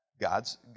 God's